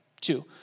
two